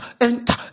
enter